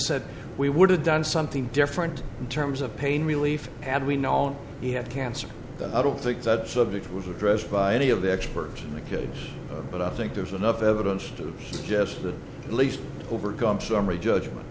said we would have done something different in terms of pain relief had we known he had cancer i don't think that subject was addressed by any of the experts in the kids but i think there's enough evidence to suggest that at least overcome summary judgment